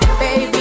baby